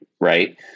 Right